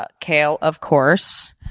ah kale, of course,